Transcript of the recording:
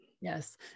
Yes